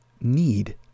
need